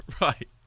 right